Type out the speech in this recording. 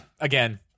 again